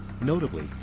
Notably